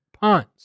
puns